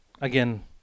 again